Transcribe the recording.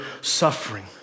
suffering